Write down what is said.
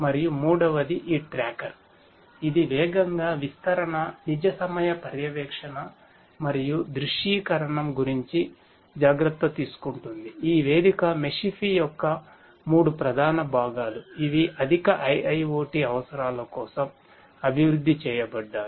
మరియు మూడవది ఈ ట్రాకర్ యొక్క మూడు ప్రధాన భాగాలు ఇవి అధిక IIoT అవసరాల కోసం అభివృద్ధి చేయబడ్డాయి